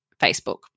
Facebook